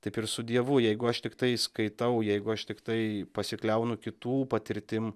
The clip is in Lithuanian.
taip ir su dievu jeigu aš tiktai skaitau jeigu aš tiktai pasikliaunu kitų patirtim